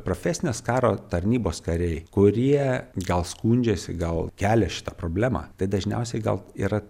profesinės karo tarnybos kariai kurie gal skundžiasi gal kelia šitą problemą tai dažniausiai gal yra